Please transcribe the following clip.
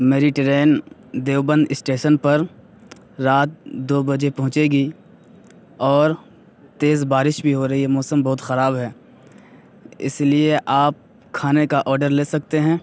میری train Deoband station پر رات دو بجے پہنچے گی اور تیز بارش بھی ہو رہی ہے موسم بہت خراب ہے اسی لیے آپ کھانے کا آرڈر لے سکتے ہیں